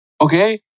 Okay